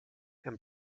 and